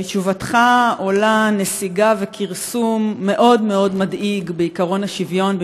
מתשובתך עולים נסיגה וכרסום מאוד מאוד מדאיגים בעקרון השוויון,